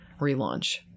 relaunch